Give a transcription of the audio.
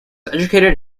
educated